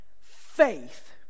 Faith